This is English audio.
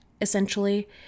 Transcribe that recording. essentially